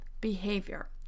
behavior